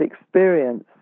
experience